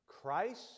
Christ